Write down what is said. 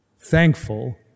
thankful